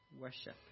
worship